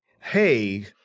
hey